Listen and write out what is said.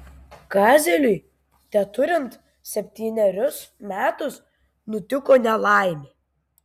kazeliui teturint septynerius metus nutiko nelaimė